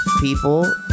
people